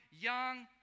young